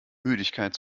müdigkeit